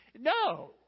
No